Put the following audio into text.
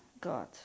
God